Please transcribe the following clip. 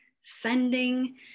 sending